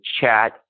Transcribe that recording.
chat